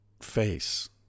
face